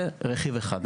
זה רכיב אחד.